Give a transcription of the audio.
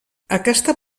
aquesta